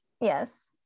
Yes